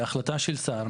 החלטה של שר,